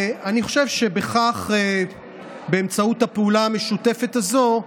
אני חושב שבכך, באמצעות הפעולה המשותפת הזו,